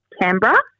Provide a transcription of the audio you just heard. Canberra